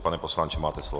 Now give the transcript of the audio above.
Pane poslanče, máte slovo.